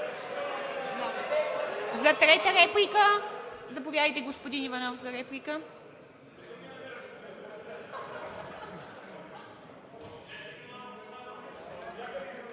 Трета реплика? Заповядайте, господин Иванов, за реплика.